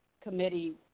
committee